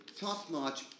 top-notch